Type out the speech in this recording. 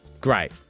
Great